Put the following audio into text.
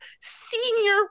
Senior